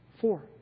Four